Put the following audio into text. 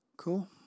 Cool